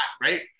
right